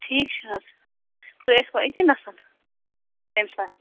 ٹھیٖک چھُ حظ تُہۍ ٲسوٕ أتی نَس تمہِ ساتہٕ